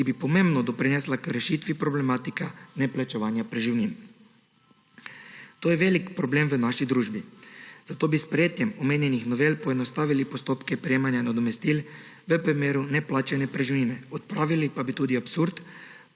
ki bi pomembno doprinesla k rešitvi problematike neplačevanja preživnin. To je velik problem v naši družbi, zato bi s sprejetjem omenjenih novel poenostavili postopke prejemanja nadomestil v primeru neplačane preživnine, odpravili pa bi tudi absurd,